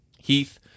Heath